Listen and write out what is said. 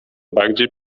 bardziej